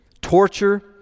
torture